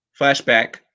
Flashback